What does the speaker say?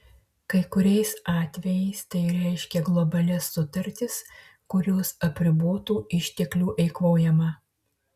kai kuriais atvejais tai reiškia globalias sutartis kurios apribotų išteklių eikvojimą